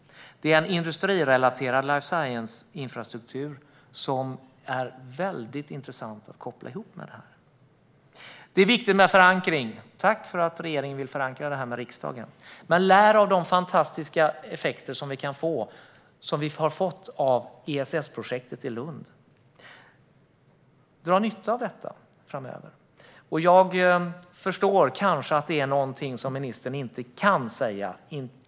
Det är en industrirelaterad life science-infrastruktur som är väldigt intressant att koppla ihop med detta. Det är viktigt med förankring. Tack för att regeringen vill förankra det här hos riksdagen. Men lär av de fantastiska effekter som vi har fått av ESS-projektet i Lund! Dra nytta av dessa! Jag förstår kanske att detta är någonting som ministern inte kan säga.